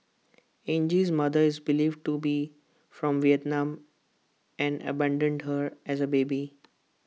Angie's mother is believed to be from Vietnam and abandoned her as A baby